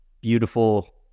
beautiful